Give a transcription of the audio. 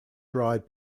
dried